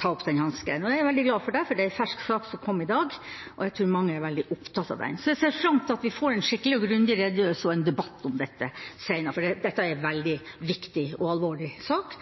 ta opp den hansken. Jeg er veldig glad for det, for det er en fersk sak, som kom i dag, og jeg tror mange er veldig opptatt av den. Jeg ser fram til at vi får en skikkelig og grundig redegjørelse og en debatt om dette senere, for dette er en veldig viktig og alvorlig sak.